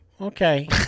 okay